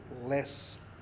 less